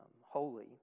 holy